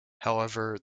however